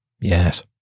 yes